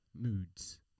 moods